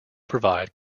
provide